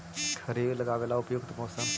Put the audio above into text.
खरिफ लगाबे ला उपयुकत मौसम?